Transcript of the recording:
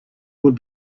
would